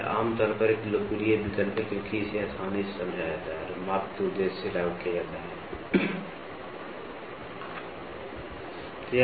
यह आम तौर पर एक लोकप्रिय विकल्प है क्योंकि इसे आसानी से समझा जाता है और माप के उद्देश्य से लागू किया जाता है